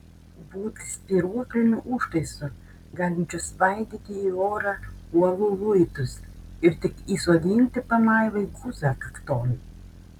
būti spyruokliniu užtaisu galinčiu svaidyti į orą uolų luitus ir tik įsodinti pamaivai guzą kakton